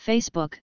Facebook